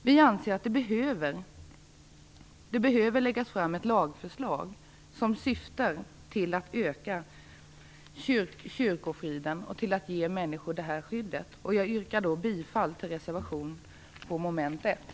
Vi anser att det behöver läggas fram ett lagförslag som syftar till att öka kyrkofriden och till att ge människor detta skydd. Jag yrkar bifall till reservationen under moment 1.